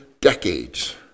decades